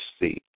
see